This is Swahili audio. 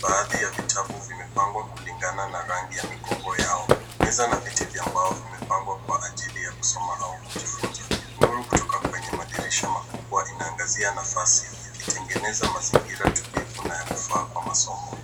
Baadhi ya vitabu vimepangwa kulingana na rangi ya migongo yao. Meza na viti vya mbao vimepangwa kwa ajili ya kusoma au kujifunza. Nuru kutoka kwenye madirisha makubwa inaangazia nafasi ikitengeneza mazingira tulivu na ya kufaa kwa masomo.